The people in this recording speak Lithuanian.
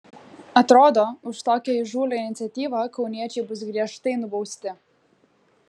atrodo už tokią įžūlią iniciatyvą kauniečiai bus griežtai nubausti